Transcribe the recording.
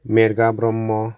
Merga Brahma